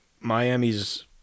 miami's